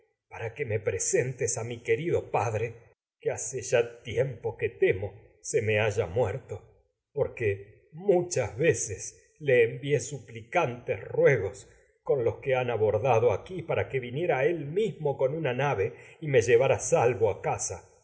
para que me ya px esentes a mi que se me rido padre que hace porque tiempo que temo haya muerto gos muchas veces le envié suplicantes rue con los que una han abordado aquí para que viniera él nave mismo con y me llevara salvo a casa